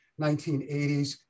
1980s